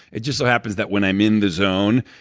it just so happens that when i'm in the zone,